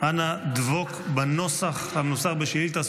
אנא דבוק בנוסח שבשאילתה.